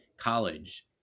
college